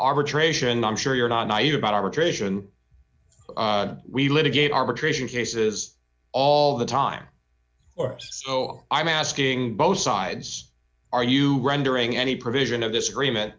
rbitration i'm sure you're not naive about arbitration we litigate arbitration cases all the time or oh i'm asking both sides are you rendering any provision of this agreement